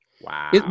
Wow